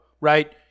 right